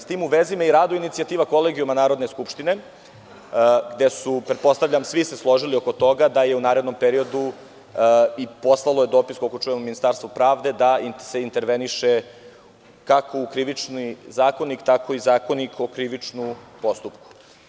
S tim u vezi, raduje me inicijativa Kolegijuma Narodne skupštine, gde su se, pretpostavljam, svi složili oko toga, u narednom periodu poslat je i dopis, koliko čujem, Ministarstvu pravde, da se interveniše, kako u Krivični zakonik, tako i Zakon o krivičnom postupku.